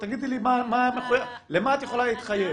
תגידי לי למה את יכולה להתחייב.